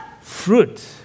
Fruit